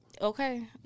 Okay